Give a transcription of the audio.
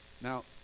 Now